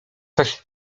coś